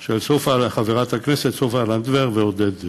של סופה, חברת הכנסת סופה לנדבר, ועודד פורר.